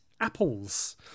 Apples